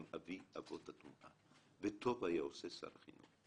אבי-אבות הטומאה וטוב היה עושה שר החינוך